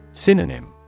Synonym